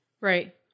Right